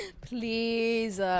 Please